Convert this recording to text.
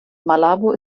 malabo